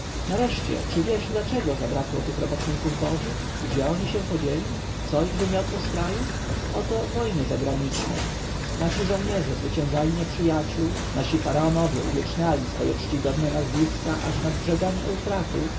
nareszcie czy wiesz dlaczego zabrakło tych robotników bożych gdzie oni się podzieli co ich wymiotło z kraju oto wojny zagraniczne nasi rycerze zwyciężali nieprzyjaciół nasi faraonowie uwieczniali swoje czcigodne nazwiska aż nad brzegami eufratu